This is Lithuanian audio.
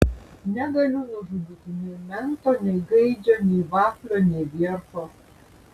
negaliu nužudyti nei mento nei gaidžio nei vaflio nei viercho